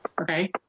okay